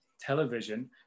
television